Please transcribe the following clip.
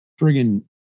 Friggin